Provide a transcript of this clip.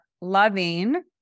loving